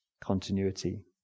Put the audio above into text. continuity